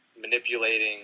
manipulating